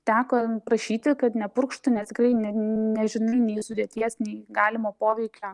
teko prašyti kad nepurkštų nes tikrai net nežinai nei sudėties nei galimo poveikio